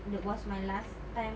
that was my last time